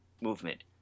movement